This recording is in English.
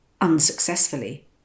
Unsuccessfully